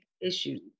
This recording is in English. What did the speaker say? issues